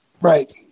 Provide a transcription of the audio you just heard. Right